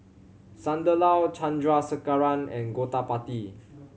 Sunderlal Chandrasekaran and Gottipati